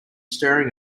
stirring